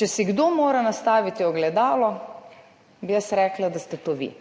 Če si kdo mora nastaviti ogledalo, bi jaz rekla, da ste to vi,